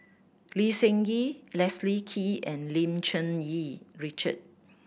Lee Seng Gee Leslie Kee and Lim Cherng Yih Richard